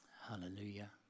Hallelujah